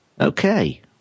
Okay